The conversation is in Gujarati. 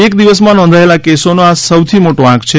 એક દિવસમાં નોંધાયેલા કેસોનો આ સૌથી મોટો આંક છે